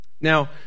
Now